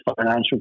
financial